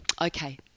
Okay